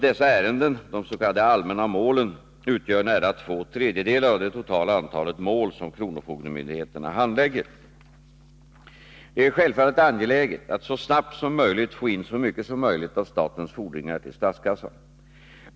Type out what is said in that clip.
Dessa ärenden — de s.k. allmänna målen — utgör nära två tredjedelar av det totala antalet mål som kronofogdemyndigheterna handlägger. Det är självfallet angeläget att så snabbt som möjligt få in så mycket som möjligt av statens fordringar till statskassan.